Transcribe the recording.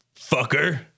fucker